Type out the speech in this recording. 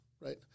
right